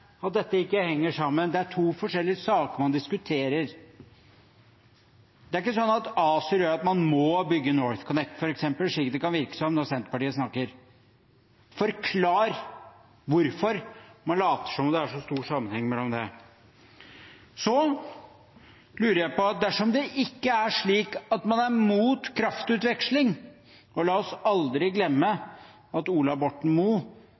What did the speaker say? at dette ikke henger sammen, at det er to forskjellige saker man diskuterer? Det er f.eks. ikke sånn at ACER gjør at man må bygge NorthConnect, slik det kan virke som når Senterpartiet snakker. Kan de forklare hvorfor man later som om det er så stor sammenheng mellom det? Så lurer jeg på: Dersom det ikke er slik at man er mot kraftutveksling – og la oss aldri glemme at Ola Borten